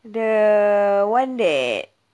the one that